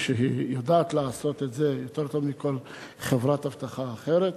והיא יודעת לעשות את זה יותר טוב מכל חברת אבטחה אחרת,